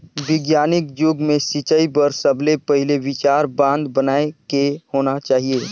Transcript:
बिग्यानिक जुग मे सिंचई बर सबले पहिले विचार बांध बनाए के होना चाहिए